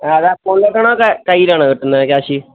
ആ അത് അക്കൗണ്ടിലോട്ടാണോ അതോ കയ്യിലാണോ കിട്ടുന്നത് ക്യാഷ്